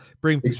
bring